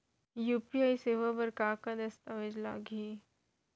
UPI सेवा बर का का दस्तावेज लागही?